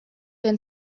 been